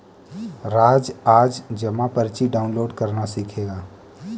राज आज जमा पर्ची डाउनलोड करना सीखेगा